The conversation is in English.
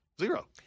Zero